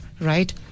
right